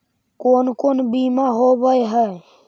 कोन कोन बिमा होवय है?